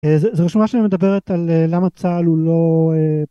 זו רשומה שמדברת על למה צה״ל הוא לא...